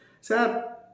Sir